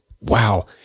wow